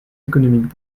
économiques